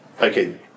okay